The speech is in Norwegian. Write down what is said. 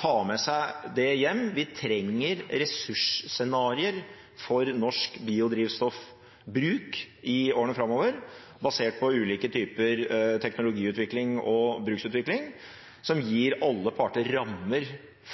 ta med seg det hjem. Vi trenger ressursscenarier for norsk biodrivstoffbruk i årene framover basert på ulike typer teknologiutvikling og bruksutvikling, som gir alle parter rammer